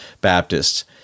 Baptists